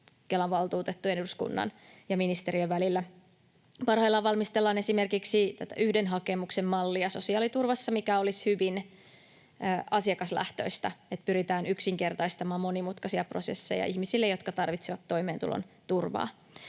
Kelan valtuutettujen, eduskunnan ja ministeriön välillä. Parhaillaan valmistellaan esimerkiksi tätä yhden hakemuksen mallia sosiaaliturvassa, mikä olisi hyvin asiakaslähtöistä, että pyritään yksinkertaistamaan monimutkaisia prosesseja ihmisille, jotka tarvitsevat toimeentulon turvaa.